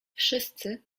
wszyscy